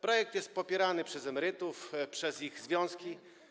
Projekt jest popierany przez emerytów, przez ich związki.